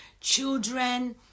children